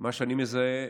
מה שאני מזהה